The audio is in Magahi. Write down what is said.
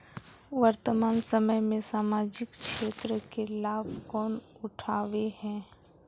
वर्तमान समय में सामाजिक क्षेत्र के लाभ कौन उठावे है?